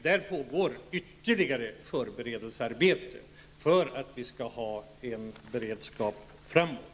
Där pågår ytterligare ett förberedelsearbete för att vi skall ha en beredskap framöver.